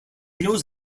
knows